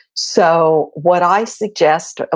so what i suggest,